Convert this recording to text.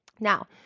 Now